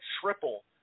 triple